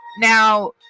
now